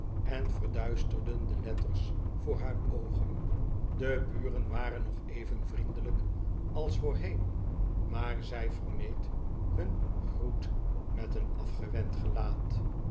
en verduisterden de letters voor haar oogen de buren waren nog even vriendelijk als voorheen maar zij vermeed him groet met een afgewend gelaat